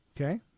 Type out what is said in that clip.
Okay